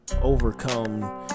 overcome